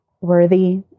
worthy